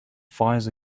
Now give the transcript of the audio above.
fires